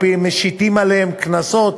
משיתים עליהם קנסות